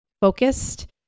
focused